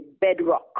bedrock